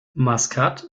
maskat